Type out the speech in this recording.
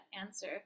answer